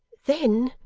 then,